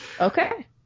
Okay